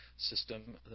system